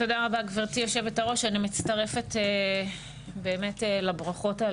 תודה לך גבירתי יושבת הראש אני מצטרפת לברכות על